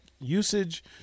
usage